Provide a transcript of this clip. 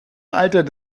alter